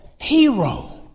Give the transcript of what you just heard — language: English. hero